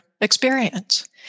experience